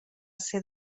ser